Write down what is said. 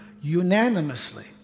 unanimously